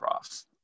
prof